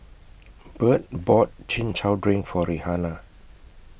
Burt bought Chin Chow Drink For Rihanna